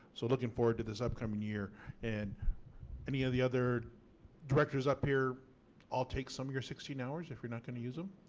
so looking forward to this upcoming year and any of the other directors up here i'll take some of your sixteen hours. hours. if you're not going to use them.